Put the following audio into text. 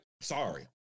sorry